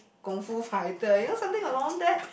Kung-Fu fighter you know something along that